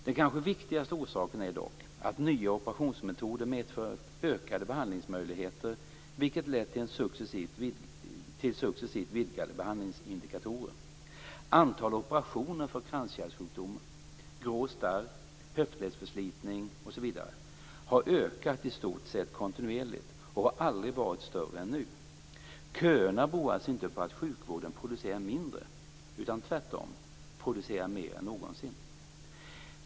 Den kanske viktigaste orsaken är dock att nya operationsmetoder medfört ökade behandlingsmöjligheter, vilket lett till successivt vidgade behandlingsindikatorer. Antalet operationer för kranskärlssjukdom, grå starr, höftledsförslitning etc. har ökat i stort sett kontinuerligt och har aldrig varit större än nu. Köerna beror alltså inte på att sjukvården producerar mindre, utan tvärtom producerar mer än någonsin.